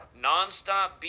nonstop